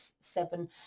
seven